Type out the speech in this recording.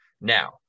Now